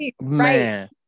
Man